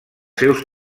seus